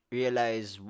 realize